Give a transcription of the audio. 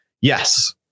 Yes